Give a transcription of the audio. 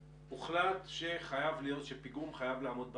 הוחלט שפיגום חייב לעמוד בתקן.